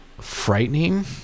frightening